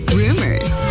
rumors